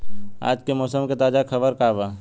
आज के मौसम के ताजा खबर का बा?